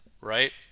right